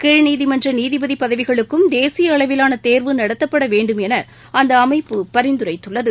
கீழ்நீதிமன்ற நீதிபதி பதவிகளுக்கும் தேசிய அளவிலான தேர்வு நடத்தப்படவேண்டும் என அந்த அமைப்பு பரிந்துரைத்துள்ளது